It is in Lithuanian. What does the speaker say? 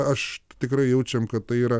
aš tikrai jaučiam kad tai yra